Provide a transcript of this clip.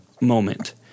moment